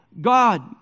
God